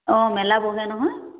অঁ মেলা বহে নহয়